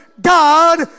God